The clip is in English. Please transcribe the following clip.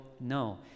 no